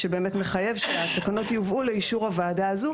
שמחייב שהתקנות יובאו לאישור הוועדה הזו,